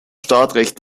stadtrecht